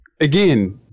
again